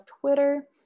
Twitter